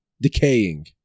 decaying